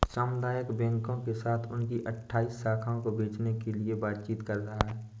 सामुदायिक बैंकों के साथ उनकी अठ्ठाइस शाखाओं को बेचने के लिए बातचीत कर रहा है